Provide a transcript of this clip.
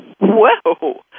whoa